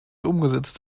umgesetzt